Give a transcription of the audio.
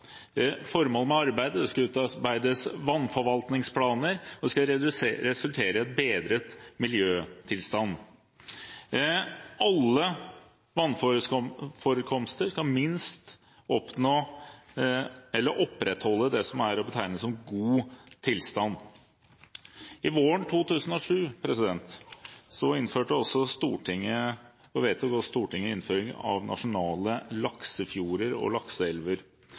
Formålet med arbeidet er at det skal utarbeides vannforvaltningsplaner, og det skal resultere i en bedret miljøtilstand. Alle vannforekomster skal oppnå eller opprettholde minst det som er å betegne som god tilstand. Våren 2007 vedtok Stortinget innføring av nasjonale laksefjorder og lakseelver.